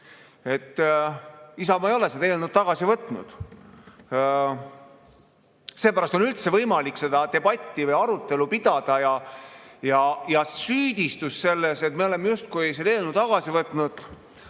Isamaa ei ole seda eelnõu tagasi võtnud. Seepärast on üldse võimalik seda debatti või arutelu pidada. Süüdistus, et me oleme justkui selle eelnõu tagasi võtnud,